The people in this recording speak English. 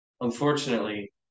unfortunately